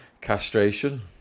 castration